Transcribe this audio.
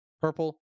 Purple